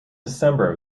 december